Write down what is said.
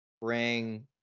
Bring